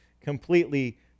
completely